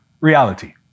reality